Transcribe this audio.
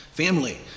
Family